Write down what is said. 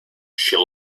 she